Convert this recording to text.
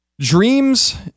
Dreams